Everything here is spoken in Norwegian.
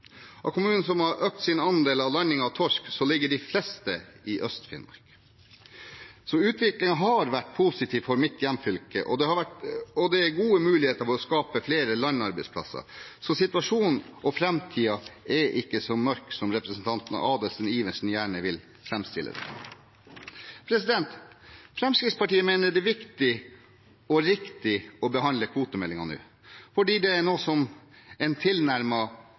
Av kommunene som har økt sin andel av landing av torsk, ligger de fleste i Øst-Finnmark. Så utviklingen har vært positiv for mitt hjemfylke, og det er gode muligheter for å skape flere landarbeidsplasser. Situasjonen og framtiden er ikke så mørk som representanten Adelsten Iversen gjerne vil framstille det som. Fremskrittspartiet mener det er viktig og riktig å behandle kvotemeldingen nå, fordi det er noe som en